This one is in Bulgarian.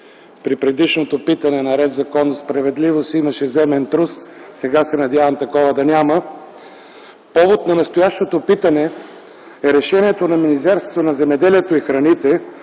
При предишното питане на „Ред, законност и справедливост” имаше земен трус, сега се надявам такова да няма. Повод на настоящото питане е решението на Министерството на земеделието и храните